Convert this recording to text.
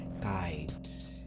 guides